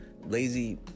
lazy